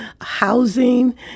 housing